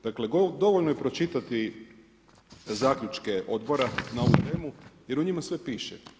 Dakle, dovoljno je pročitati zaključke odbora na ovu temu, jer u njima sve piše.